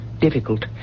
difficult